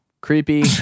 Creepy